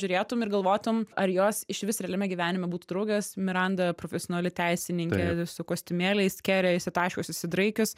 žiūrėtum ir galvotum ar jos išvis realiame gyvenime būtų draugės miranda profesionali teisininkė su kostiumėliais kerė išsitaškius išsidraikius